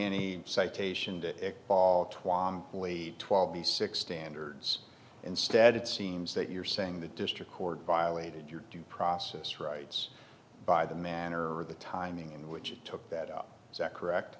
at all twa only twelve the six standards instead it seems that you're saying the district court violated your due process rights by the manner of the timing in which it took that up is that correct